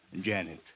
Janet